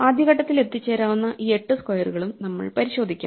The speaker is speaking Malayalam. ആദ്യ ഘട്ടത്തിൽ എത്തിച്ചേരാവുന്ന ഈ 8 സ്ക്വയറുകളും നമ്മൾ പരിശോധിക്കാം